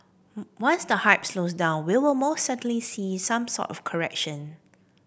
once the hype slows down we will most certainly see some sort of correction